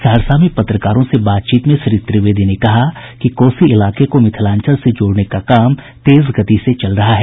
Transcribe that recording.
सहरसा में पत्रकारों से बातचीत में श्री त्रिवेदी ने कहा कि कोसी इलाके को मिथिलांचल से जोड़ने का काम तेज गति से चल रहा है